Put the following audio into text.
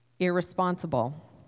Irresponsible